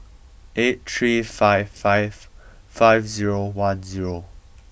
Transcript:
eight three five five five zero one zero